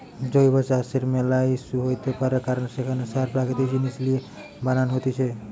জৈব চাষের ম্যালা ইস্যু হইতে পারে কারণ সেখানে সার প্রাকৃতিক জিনিস লিয়ে বানান হতিছে